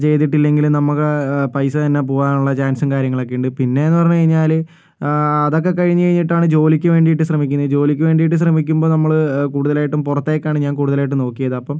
ചെയ്തിട്ടില്ലങ്കിലും നമുക്ക് പൈസ തന്നെ പോകാനുള്ള ചാൻസും കാര്യങ്ങളൊക്കെയുണ്ട് പിന്നേന്ന് പറഞ്ഞ് കഴിഞ്ഞാല് അതൊക്കെ കഴിഞ്ഞ് കഴിഞ്ഞിട്ടാണ് ജോലിക്ക് വേണ്ടിയിട്ട് ശ്രമിക്കുന്നത് ജോലിക്ക് വേണ്ടിയിട്ട് ശ്രമിക്കുമ്പോൾ നമ്മള് കൂടുതലായിട്ട് പുറത്തേക്കാണ് ഞാൻ കൂടുതലായിട്ടും നോക്കിയത് അപ്പം